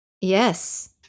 Yes